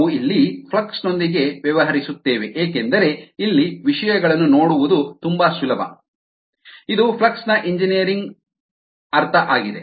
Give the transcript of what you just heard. ನಾವು ಇಲ್ಲಿ ಫ್ಲಕ್ಸ್ ನೊಂದಿಗೆ ವ್ಯವಹರಿಸುತ್ತೇವೆ ಏಕೆಂದರೆ ಇಲ್ಲಿ ವಿಷಯಗಳನ್ನು ನೋಡುವುದು ತುಂಬಾ ಸುಲಭ ಇದು ಫ್ಲಕ್ಸ್ ನ ಎಂಜಿನಿಯರಿಂಗ್ ಅರ್ಥ ಆಗಿದೆ